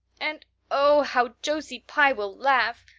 and oh, how josie pye will laugh!